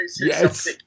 yes